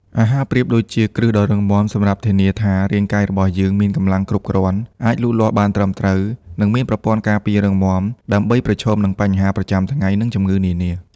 អាហារប្រៀបដូចជាគ្រឹះដ៏រឹងមាំសម្រាប់ធានាថា រាងកាយរបស់យើងមានកម្លាំងគ្រប់គ្រាន់ អាចលូតលាស់បានត្រឹមត្រូវ និងមានប្រព័ន្ធការពាររឹងមាំ ដើម្បីប្រឈមនឹងបញ្ហាប្រចាំថ្ងៃ និងជំងឺនានា។